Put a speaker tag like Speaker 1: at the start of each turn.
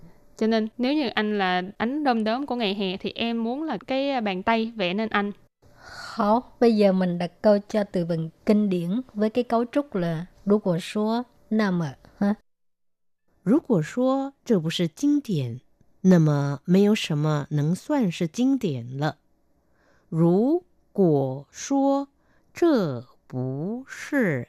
Speaker 1: Cho nên nếu như anh là ánh đom đóm của ngày hè thì em muốn là cái, à, bàn tay vẽ nên anh.
Speaker 2: Hảo, bây giờ mình đặt câu cho từ vựng kinh điển với cái cấu trúc là "如果说，那么", ha?
Speaker 3: 如果说，这不是经典，那么没有什么能算是经典了。如果说，这不是